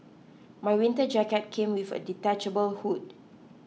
my winter jacket came with a detachable hood